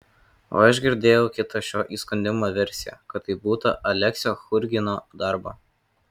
o aš girdėjau kitą šio įskundimo versiją kad tai būta aleksio churgino darbo